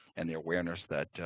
and their awareness that